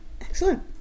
Excellent